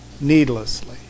needlessly